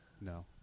No